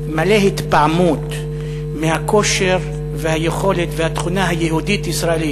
מלא התפעמות מהכושר והיכולת והתכונה היהודית-ישראלית